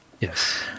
Yes